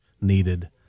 needed